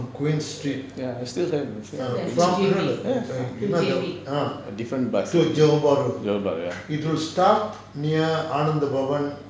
ya still have different bus johor bahru ya